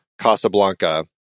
casablanca